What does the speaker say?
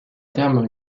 terme